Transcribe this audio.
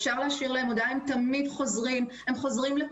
אפשר להשאיר הודעה והם תמיד חוזרים לכולם.